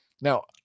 now